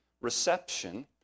reception